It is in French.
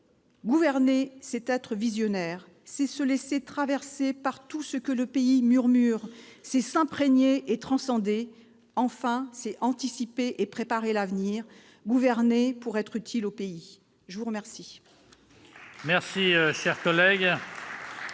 Gouverner, c'est être visionnaire, c'est se laisser traverser par tout ce que le pays murmure, c'est s'imprégner et transcender, c'est anticiper et préparer l'avenir pour être utile au pays. La parole